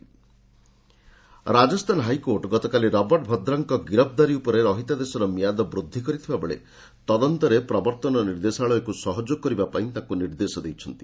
SC Vadra Rajasthan high court ଗତକାଲି Robert ଭାଡ୍ରାଙ୍କ ଗିରଫଦାରୀ ଉପରେ ରହିତାଦେଶର ମିଆଦ ବୃଦ୍ଧି କରିଥିବା ବେଳେ ତଦନ୍ତରେ ପ୍ରବର୍ତ୍ତନ ନିର୍ଦ୍ଦେଶାଳୟକୁ ସହଯୋଗ କରିବା ପାଇଁ ତାଙ୍କୁ ନିର୍ଦ୍ଦେଶ ଦେଇଛନ୍ତି